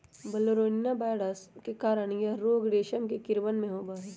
बोरोलीना virus के कारण यह रोग रेशम के कीड़वन में होबा हई